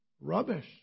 rubbish